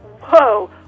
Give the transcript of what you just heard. whoa